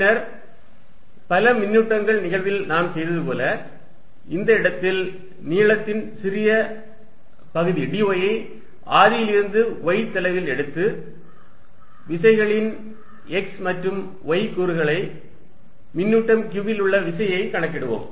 பின்னர் பல மின்னூட்டங்கள் நிகழ்வில் நாம் செய்ததைப் போல இந்த இடத்தில் நீளத்தின் சிறிய பகுதி dy யை ஆதியிலிருந்து y தொலைவில் எடுத்து விசைகளின் x மற்றும் y கூறுகளை மின்னூட்டம் q இல் உள்ள விசையைக் கணக்கிடுவோம்